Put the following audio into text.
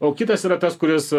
o kitas yra tas kuris